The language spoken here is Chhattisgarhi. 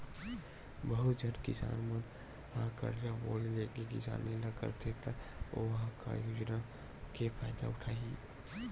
बहुत झन किसान मन ह करजा बोड़ी लेके किसानी ल करथे त ओ ह का योजना के फायदा उठाही